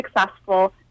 successful